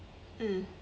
mm